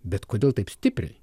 bet kodėl taip stipriai